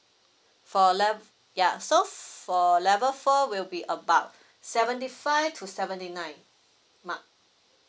for lev~ ya so for level four will be about seventy five to seventy nine mark